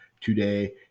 today